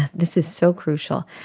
this is so crucial,